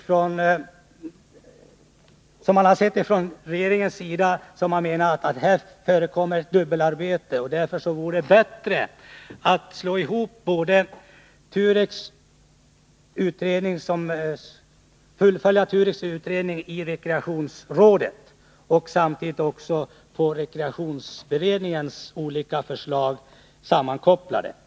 Från regeringens sida har vi ansett att det förekommer ett dubbelarbete, och därför vore det bättre att fullfölja TUREK i rekreationsrådet och sammankoppla rekreationsberedningens olika förslag.